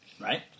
Right